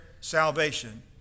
salvation